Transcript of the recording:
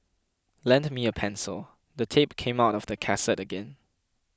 lend me a pencil the tape came out of the cassette again